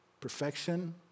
Perfection